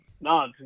No